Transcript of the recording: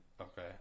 Okay